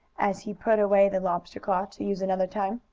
as he put away the lobster claw to use another time.